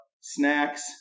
Snacks